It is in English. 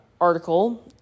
article